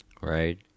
Right